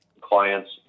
clients